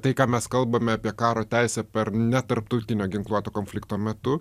tai ką mes kalbame apie karo teisę per netarptautinio ginkluoto konflikto metu